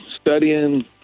studying